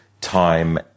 time